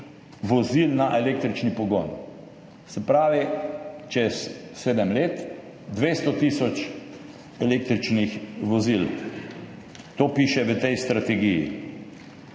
vozil na električni pogon, se pravi čez 7 let 200 tisoč električnih vozil. To piše v tej strategiji.